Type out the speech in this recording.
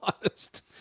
honest